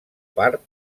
part